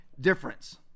difference